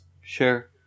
Sure